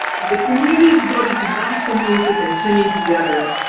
as a community devoted to gospel music and singing together,